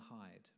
hide